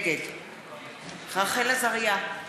נגד רחל עזריה,